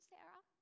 Sarah